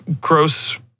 gross